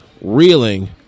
reeling